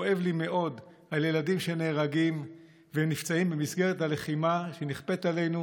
כואב לי מאוד על ילדים שנהרגים ונפצעים במסגרת הלחימה שנכפית עלינו